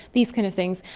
these kind of things,